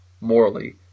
morally